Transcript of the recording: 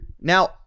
Now